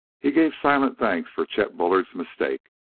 he gave silent thanks for chet bullard's mistake.